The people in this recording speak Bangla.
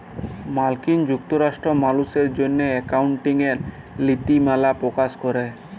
মার্কিল যুক্তরাষ্ট্রে মালুসের জ্যনহে একাউল্টিংয়ের লিতিমালা পকাশ ক্যরে